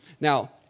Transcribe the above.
Now